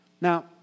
Now